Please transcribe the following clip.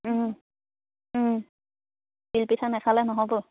তিল পিঠা নেখালে নহ'ব